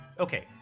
Okay